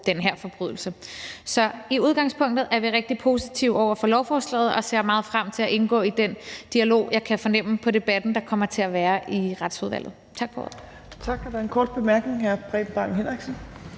de her forbrydelser. Så i udgangspunktet er vi rigtig positive over for lovforslaget og ser meget frem til at indgå i den dialog, som jeg kan fornemme på debatten at der kommer til at være i Retsudvalget. Tak for ordet.